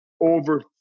over